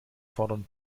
fordern